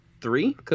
three